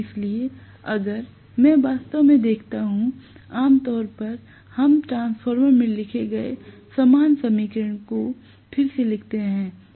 इसलिए अगर मैं वास्तव में देखता हूं आम तौर पर हम ट्रांसफार्मर में लिखे गए समान समीकरण को फिर से लिखते हैं